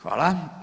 Hvala.